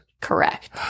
Correct